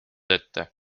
ette